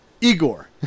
Igor